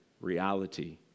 reality